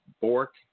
Bork